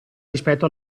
rispetto